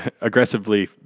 aggressively